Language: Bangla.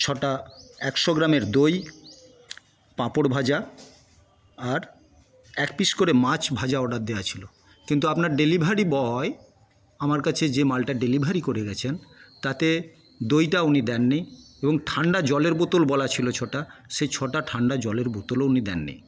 ছটা একশো গ্রামের দই পাঁপড় ভাজা আর একপিস করে মাছ ভাজা অর্ডার দেওয়া ছিল কিন্তু আপনার ডেলিভারি বয় আমার কাছে যে মালটা ডেলিভারি করে গেছেন তাতে দইটা উনি দেননি এবং ঠান্ডা জলের বোতল বলাছিল ছটা সেই ছটা ঠান্ডা জলের বোতলও উনি দেননি